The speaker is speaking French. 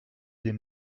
des